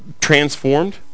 transformed